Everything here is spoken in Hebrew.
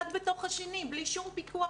אחד בתוך השני בלי שום פיקוח,